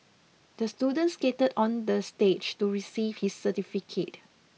the student skated on the stage to receive his certificate